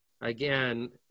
Again